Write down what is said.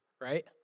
right